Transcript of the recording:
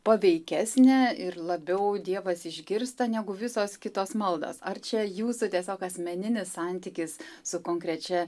paveikesnė ir labiau dievas išgirsta negu visos kitos maldos ar čia jūsų tiesiog asmeninis santykis su konkrečia